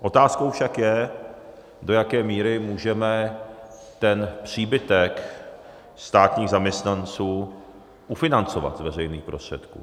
Otázkou však je, do jaké míry můžeme ten příbytek státních zaměstnanců ufinancovat z veřejných prostředků.